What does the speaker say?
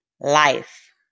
life